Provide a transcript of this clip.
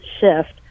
shift